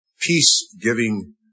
peace-giving